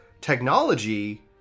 technology